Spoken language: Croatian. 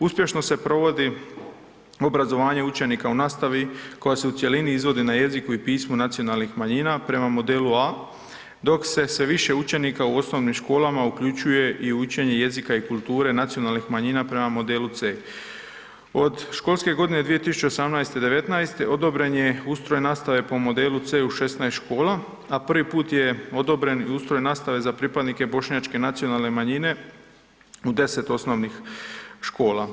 Uspješno se provodi obrazovanje učenika u nastavi koja se u cjelini izvodi na jeziku i pismu nacionalnih manjina prema modelu A, dok se sve više učenika u osnovnim školama uključuje i u učenje jezika i kulture nacionalnih manjina prema modelu C. Od školske godine 2018./2019. odobren je ustroj nastave po modelu C u 16 škola a prvi je put je odobren i ustroj nastave za pripadnike bošnjačke nacionalne manjine u 10 osnovnih škola.